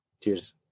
Cheers